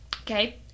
Okay